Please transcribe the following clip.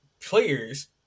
players